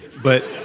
but